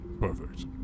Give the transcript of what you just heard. Perfect